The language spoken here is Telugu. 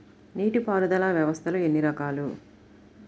నీటిపారుదల వ్యవస్థలు ఎన్ని రకాలు?